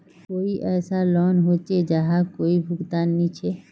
कोई ऐसा लोन होचे जहार कोई भुगतान नी छे?